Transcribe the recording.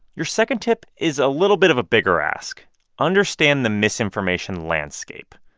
your second tip is a little bit of a bigger ask understand the misinformation landscape.